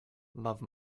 love